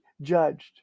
judged